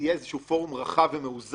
יהיה איזשהו פורום רחב ומאוזן,